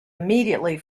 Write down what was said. immediately